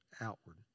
outward